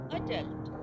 adult